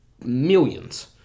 millions